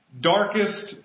darkest